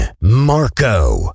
Marco